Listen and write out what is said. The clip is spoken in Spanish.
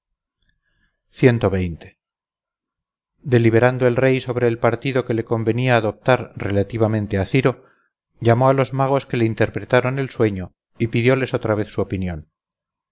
deliberando el rey sobre el partido que le convenía adoptar relativamente a ciro llamó a los magos que le interpretaron el sueño y pidióles otra vez su opinión